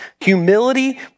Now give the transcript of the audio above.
Humility